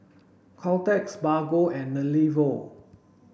Caltex Bargo and